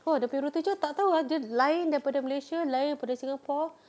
oh dia punya roti john tak tahu ah dia lain daripada malaysia lain daripada singapore